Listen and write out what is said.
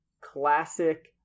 classic